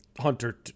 Hunter